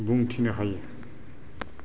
बुंथिनो हायो